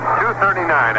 239